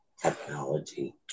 technology